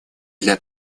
для